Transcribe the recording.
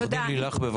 עורכת הדין לילך, בבקשה.